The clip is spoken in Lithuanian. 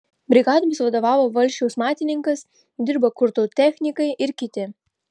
brigadoms vadovavo valsčiaus matininkas dirbo kultūrtechnikai ir kiti